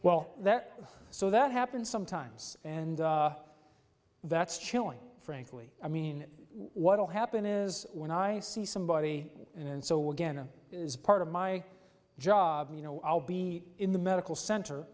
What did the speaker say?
well that so that happens sometimes and that's chilling frankly i mean what'll happen is when i see somebody and so will ghana is part of my job you know i'll be in the medical center